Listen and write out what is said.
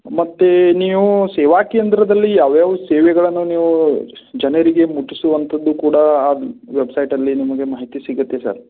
ಮತ್ತು ನೀವು ಸೇವಾ ಕೇಂದ್ರದಲ್ಲಿ ಯಾವ ಯಾವ ಸೇವೆಗಳನ್ನು ನೀವು ಜನರಿಗೆ ಮುಟ್ಟಿಸುವಂಥದ್ದು ಕೂಡ ಆ ವೆಬ್ಸೈಟಲ್ಲಿ ನಿಮಗೆ ಮಾಹಿತಿ ಸಿಗತ್ತೆ ಸರ್